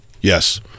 Yes